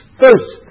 first